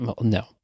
No